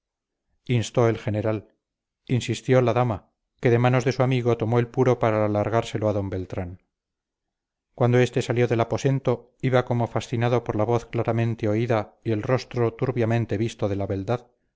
instó el general insistió la dama que de manos de su amigo tomó el puro para alargárselo a d beltrán cuando este salió del aposento iba como fascinado por la voz claramente oída y el rostro turbiamente visto de la beldad